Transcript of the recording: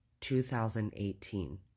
2018